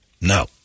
No